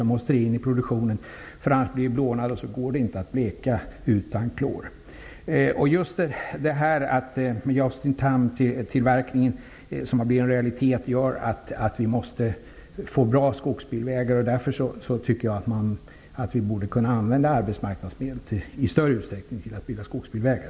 De måste in i produktionen, därför att annars blir träet blånat, och då går det inte att bleka massan utan klor. Justin-time-tillverkning har blivit en realitet, och det gör att man måste ha bra skogsbilvägar. Därför borde vi i större utsträckning kunna använda arbetsmarknadsmedel för att bygga skogsbilvägar.